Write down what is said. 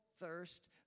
thirst